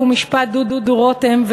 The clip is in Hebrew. חוק ומשפט דודו רותם,